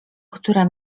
które